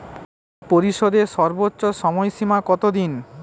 ঋণ পরিশোধের সর্বোচ্চ সময় সীমা কত দিন?